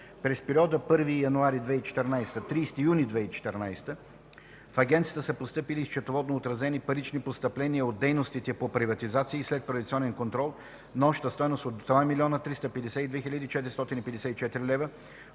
През периода 1 януари 2014 – 30 юни 2014 г. в Агенцията са постъпили и счетоводно отразени парични постъпления от дейностите по приватизация и следприватизационен контрол, на обща стойност от 2 352 454 лв.,